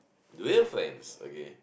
real friends